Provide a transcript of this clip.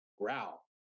growl